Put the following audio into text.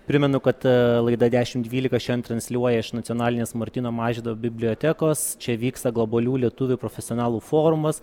primenu kad laida dešim dvylika šiandien transliuoja iš nacionalinės martyno mažvydo bibliotekos čia vyksta globalių lietuvių profesionalų forumas